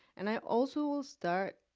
and i also will start,